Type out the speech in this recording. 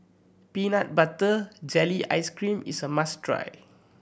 peanut butter jelly ice cream is a must try